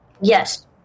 Yes